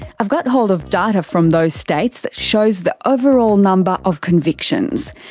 i've got hold of data from those states that shows the overall number of convictions.